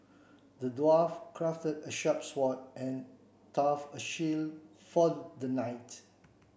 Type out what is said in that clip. the dwarf crafted a sharp sword and a tough shield for the knight